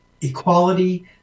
equality